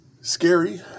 Scary